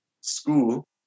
school